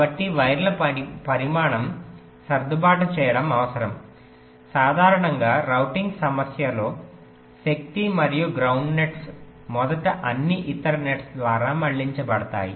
కాబట్టి వైర్ల పరిమాణం సర్దుబాటు చేయడం అవసరం సాధారణంగా రౌటింగ్ సమస్యలో శక్తి మరియు గ్రౌండ్ నెట్స్ మొదట అన్ని ఇతర నెట్స్ ద్వారా మళ్ళించబడతాయి